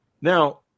Now